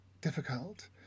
difficult